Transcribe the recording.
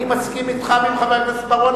אני מסכים אתך ועם חבר הכנסת בר-און,